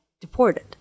deported